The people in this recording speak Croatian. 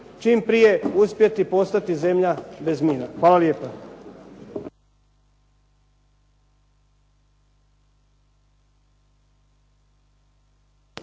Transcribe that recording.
čim prije uspjeti postati zemlja bez mina. Hvala lijepa.